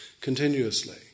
continuously